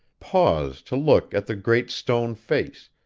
paused to look at the great stone face,